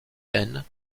des